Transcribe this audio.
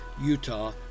Utah